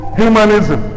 humanism